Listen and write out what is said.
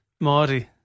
Marty